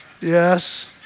Yes